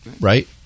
Right